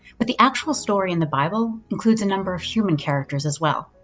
but the actual story in the bible includes a number of human characters as well.